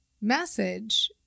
message